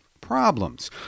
problems